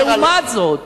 לעומת זאת,